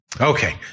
Okay